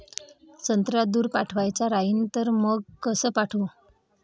संत्रा दूर पाठवायचा राहिन तर मंग कस पाठवू?